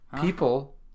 People